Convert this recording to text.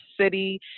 city